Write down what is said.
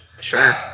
sure